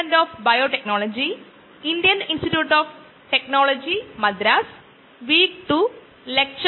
ഇന്ന് നമ്മൾ ഒരു ബയോറിയാക്ടറുടെ ഓപ്പറേറ്റിംഗ് മോഡുകൾ വിശകലനം ചെയ്യുന്ന മൊഡ്യൂൾ 3 ആരംഭിക്കും